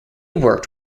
worked